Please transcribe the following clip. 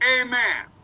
Amen